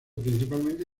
principalmente